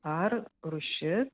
ar rūšis